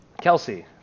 Kelsey